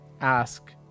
ask